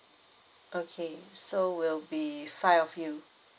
okay so will be five of you